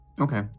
Okay